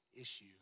issue